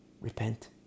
Repent